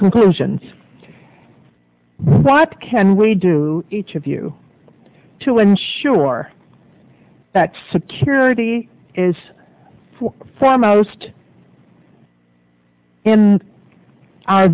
conclusion what can we do each of you to ensure that security is for foremost in our